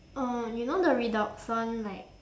uh you know the redoxon like